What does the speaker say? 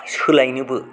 सोलायनोबो